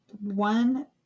one